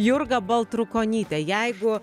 jurga baltrukonytė jeigu